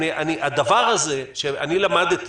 הדבר הזה, שאני למדתי